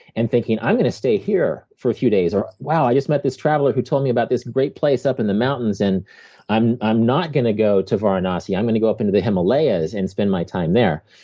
and thinking i'm going to stay here for a few days, or wow, i just met this traveler who told me about this great place up in the mountains, and i'm i'm not going to go to varanasi. i'm going to go up into the himalayas and spend my time there.